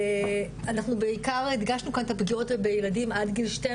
אנחנו בעיקר הדגשנו את הפגיעות בילדים עד גיל 12